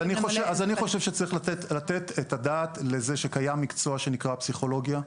אז אני חושב שצריך לתת את הדעת לזה שקיים מקצוע שנקרא פסיכולוגיה,